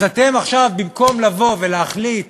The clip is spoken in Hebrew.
אז אתם עכשיו, במקום לבוא ולהחליט